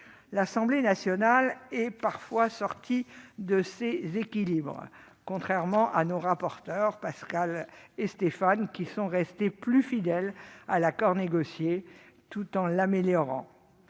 L'Assemblée nationale est parfois sortie de ce cadre, contrairement à nos rapporteurs, Pascale Gruny et Stéphane Artano, qui sont restés plus fidèles à l'accord négocié, tout en l'améliorant.